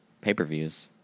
pay-per-views